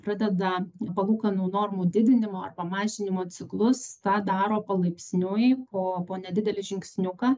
pradeda palūkanų normų didinimo arba mažinimo ciklus tą daro palaipsniui po po nedidelį žingsniuką